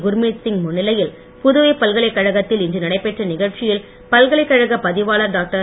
குர்மித் சிங் முன்னிலையில் புதுவை பல்கலைக் கழகத்தில் இன்று நடைபெற்ற நிகழ்ச்சியில் பல்கலைக் கழக பதிவாளர் டாக்டர்